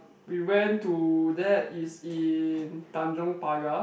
we went to that is in Tanjong-Pagar